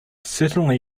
certainly